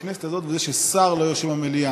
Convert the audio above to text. בכנסת הזאת, ששר לא יושב במליאה.